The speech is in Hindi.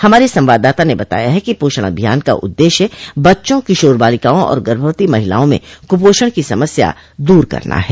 हमारे संवाददाता ने बताया है कि पोषण अभियान का उद्देश्य बच्चों किशोर बालिकाओं और गर्भवती महिलाओं में कुपोषण की समस्या दूर करना है